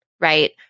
right